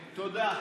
תודה.